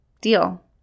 deal